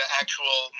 actual